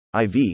IV